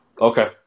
Okay